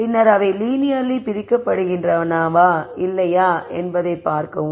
பின்னர் அவை லீனியர்லி பிரிக்கப்படுகின்றனவா இல்லையா என்பதைப் பார்க்கவும்